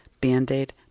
Band-Aid